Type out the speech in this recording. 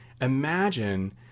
imagine